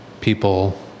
people